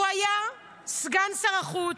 הוא היה סגן שר החוץ,